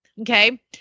okay